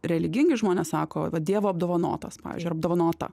religingi žmonės sako kad dievo apdovanotas pavyzdžiui apdovanota